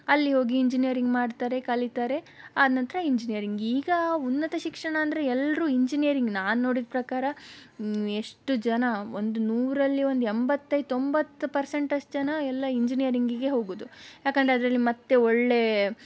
ಅಲ್ಲಿ ಹೋಗಿ ಇಂಜಿನಿಯರಿಂಗ್ ಮಾಡ್ತಾರೆ ಕಲೀತಾರೆ ಆ ನಂತರ ಇಂಜಿನಿಯರಿಂಗ್ ಈಗ ಉನ್ನತ ಶಿಕ್ಷಣ ಅಂದರೆ ಎಲ್ಲರೂ ಇಂಜಿನಿಯರಿಂಗ್ ನಾನು ನೋಡಿದ ಪ್ರಕಾರ ಎಷ್ಟು ಜನ ಒಂದು ನೂರರಲ್ಲಿ ಒಂದು ಎಂಬತ್ತೈದು ತೊಂಬತ್ತು ಪರ್ಸೆಂಟ್ ಅಷ್ಟು ಜನ ಎಲ್ಲ ಇಂಜಿನಿಯರಿಂಗಿಗೆ ಹೋಗುವುದು ಯಾಕೆಂದರೆ ಅದರಲ್ಲಿ ಮತ್ತೆ ಒಳ್ಳೆಯ